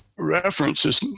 References